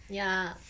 ya